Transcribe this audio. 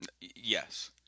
Yes